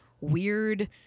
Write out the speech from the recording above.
weird